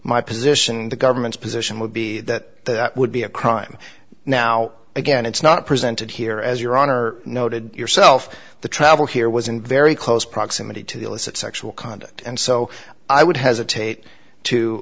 my position the government's position would be that that would be a crime now again it's not presented here as your honor noted yourself the travel here was in very close proximity to illicit sexual conduct and so i would hesitate to